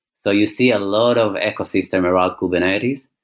so you see a lot of ecosystem around kubernetes,